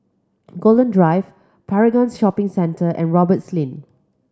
Golden Drive Paragon Shopping Centre and Roberts Lane